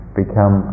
become